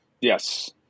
Yes